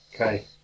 Okay